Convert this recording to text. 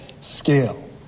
scale